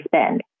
spend